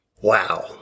Wow